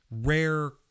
rare